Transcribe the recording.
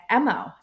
MO